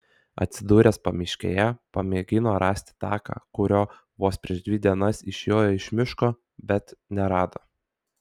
atsidūręs pamiškėje pamėgino rasti taką kuriuo vos prieš dvi dienas išjojo iš miško bet nerado